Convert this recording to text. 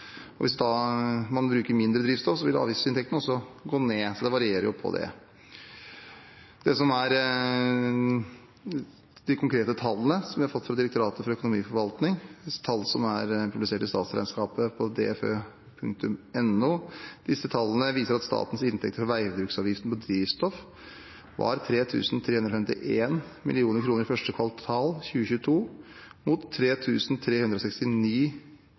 og er uavhengig av prisen på drivstoff. Når drivstoffprisen er høy, er selvfølgelig avgiftsdelen også lavere. Hvis man bruker mindre drivstoff, vil avgiftsinntektene også gå ned. Så det varierer på det. De konkrete tallene som jeg har fått fra Direktoratet for økonomiforvaltning, tall som er publisert i statsregnskapet på dfo.no, viser at statens inntekter fra veibruksavgiften på drivstoff var 3 351 mill. kr i første kvartal 2022 mot